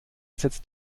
setzt